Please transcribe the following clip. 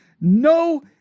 no